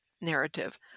narrative